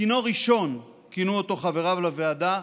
"כינור ראשון", כינו אותו חבריו לוועדה,